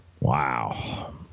Wow